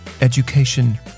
education